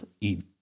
eat